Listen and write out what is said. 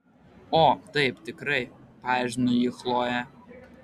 o taip tikrai paerzino jį chlojė